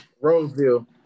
Roseville